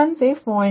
13ಮೈನಸ್ 63